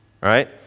right